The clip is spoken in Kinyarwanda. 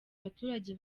abaturage